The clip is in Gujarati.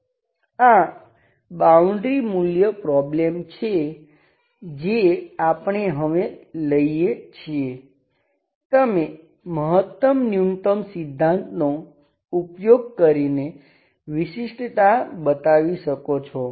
આ બાઉન્ડ્રી મૂલ્ય પ્રોબ્લેમ છે જે આપણે હવે લઈએ છીએ તમે મહત્તમ ન્યૂનતમ સિધ્ધાંતનો ઉપયોગ કરીને વિશિષ્ટતા બતાવી શકો છો